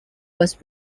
was